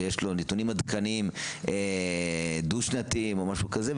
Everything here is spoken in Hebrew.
ויש לו נתונים עדכניים דו-שנתיים או משהו כזה,